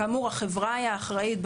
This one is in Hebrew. כאמור, החברה היא האחראית.